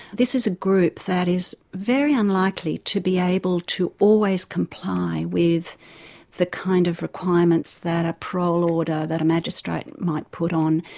this is a group that is very unlikely to be able to always comply with the kind of requirements that a parole order that a magistrate might put on,